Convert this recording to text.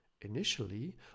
Initially